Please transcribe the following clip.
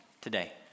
today